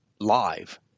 live